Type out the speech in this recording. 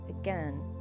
again